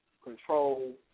control